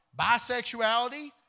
bisexuality